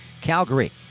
Calgary